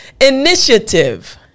initiative